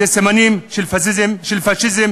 זה סימנים של פאשיזם,